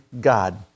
God